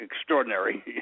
extraordinary